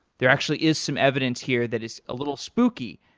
there actually is some evidence here that is a little spooky.